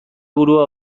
burua